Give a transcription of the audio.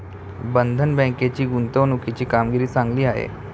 बंधन बँकेची गुंतवणुकीची कामगिरी चांगली आहे